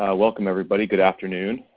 ah welcome everybody, good afternoon.